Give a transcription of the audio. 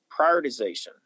prioritization